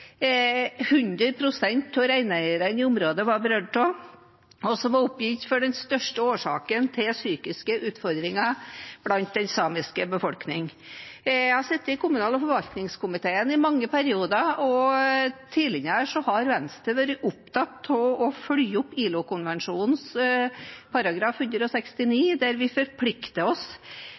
pst. av reineierne i området var berørt av, og det var også oppgitt som den største årsaken til psykiske utfordringer i den samiske befolkningen. Jeg har sittet i kommunal- og forvaltningskomiteen i mange perioder. Tidligere har Venstre vært opptatt av å følge opp ILO-konvensjon nr. 169, der vi forplikter oss